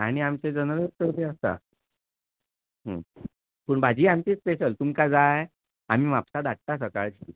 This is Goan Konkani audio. आनी आमचें जनेलूत उक्तें उक्तें आसता पूण भाजी आमची स्पेशल तुमकां जाय आमी म्हापसा धाडटा सकाळची